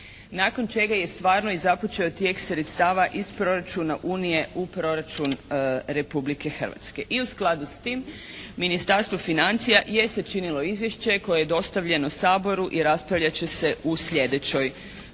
nakon čega je i stvarno započeo tijek sredstava iz proračuna unije u proračun Republike Hrvatske i u skladu s tim Ministarstvo financija je sačinilo izvješće koje je dostavljeno Saboru i raspravljat će se u slijedećoj točci.